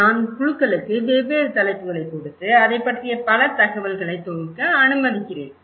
நான் குழுக்களுக்கு வெவ்வேறு தலைப்புகளைக் கொடுத்து அதைப் பற்றிய பல தகவல்களைத் தொகுக்க அனுமதிக்கிறேன்